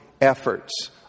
efforts